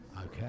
Okay